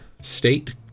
state